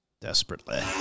desperately